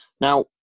now